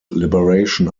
liberation